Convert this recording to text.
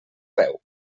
peu